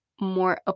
more